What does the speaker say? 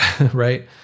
Right